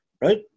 right